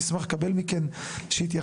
אשמח לקבל ממכם התייחסות,